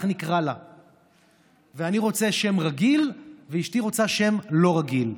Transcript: אני רוצה שם רגיל ואשתי רוצה שם לא רגיל.